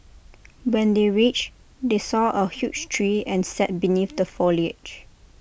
when they reached they saw A huge tree and sat beneath the foliage